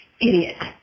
idiot